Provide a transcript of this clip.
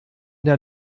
der